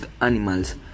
animals